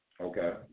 Okay